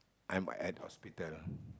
I'm at hospital